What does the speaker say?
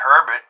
Herbert